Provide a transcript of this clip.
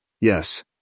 yes